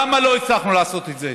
למה לא הצלחנו לעשות את זה?